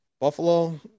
Buffalo